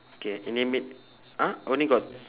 K in the m~ !huh! only got